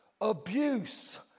abuse